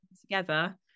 together